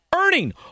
Earning